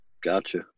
Gotcha